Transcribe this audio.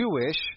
Jewish